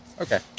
Okay